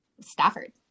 Stafford